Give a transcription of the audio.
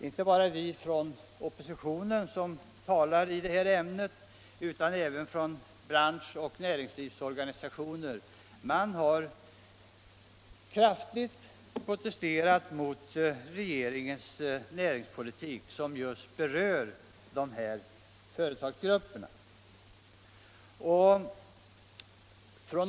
Inte bara oppositionen utan även branschoch näringslivsorganisationer har kraftigt protesterat mot regeringens näringspolitik när det gäller dessa företagsgrupper.